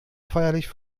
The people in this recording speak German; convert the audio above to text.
feierlich